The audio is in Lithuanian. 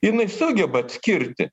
jinai sugeba atskirti